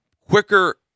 quicker